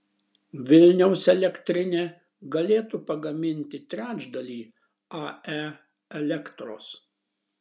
vilniaus elektrinė galėtų pagaminti trečdalį ae elektros